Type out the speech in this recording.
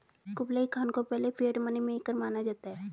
Kublai Khan को पहले fiat money maker माना जाता है